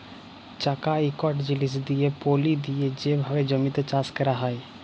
চাকা ইকট জিলিস দিঁয়ে পলি দিঁয়ে যে ভাবে জমিতে চাষ ক্যরা হয়